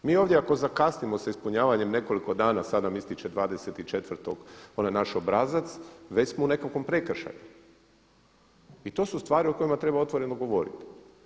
Mi ovdje ako zakasnimo sa ispunjavanjem nekoliko dana, sada nam ističe 24. onaj naš obrazac, već smo u nekakvom prekršaju i to su stvari o kojima treba otvoreno govoriti.